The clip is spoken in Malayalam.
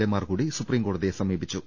എമാർ കൂടി സുപ്രീംകോടതിയെ സമീപിച്ചു